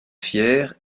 fière